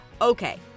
Okay